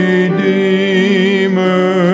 Redeemer